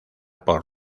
por